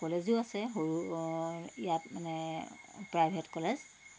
কলেজো আছে সৰু ইয়াত মানে প্ৰাইভেট কলেজ